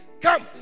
Come